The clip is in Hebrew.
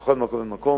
ובכל מקום ומקום.